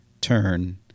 turn